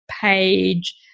page